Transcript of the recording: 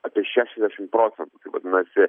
apie šešiasdešim procentų vadinasi